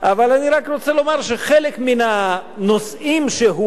אבל אני רק רוצה לומר שחלק מן הנושאים שהועלו,